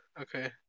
Okay